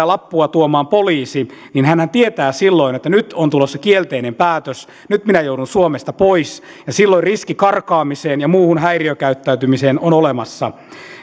lappua tuomaan poliisi niin hänhän tietää silloin että nyt on tulossa kielteinen päätös nyt minä joudun suomesta pois ja silloin riski karkaamiseen ja muuhun häiriökäyttäytymiseen on olemassa